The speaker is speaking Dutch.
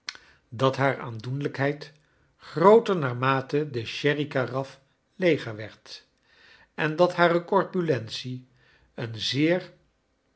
dat haar aandoenlijkheid grooter naar mate de sherrykaraf leeger werd en dat hare corpulentie een zeer